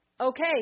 okay